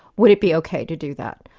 would it be ok to do that?